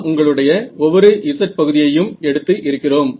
நாம் உங்களுடைய ஒவ்வொரு z பகுதியையும் எடுத்து இருக்கிறோம்